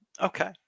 Okay